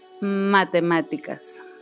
matemáticas